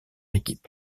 équipe